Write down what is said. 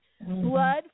Blood